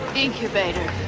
incubator.